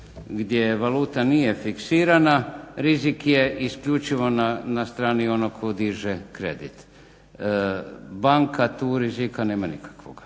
gdje valuta nije fiksirana, rizik je isključivo na strani onog koji diže kredit. Banka tu rizika nema nikakvoga,